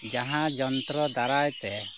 ᱡᱟᱦᱟᱸ ᱡᱚᱱᱛᱨᱚ ᱫᱟᱨᱟᱭ ᱛᱮ